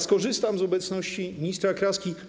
Skorzystam z obecności ministra Kraski.